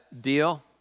deal